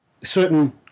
certain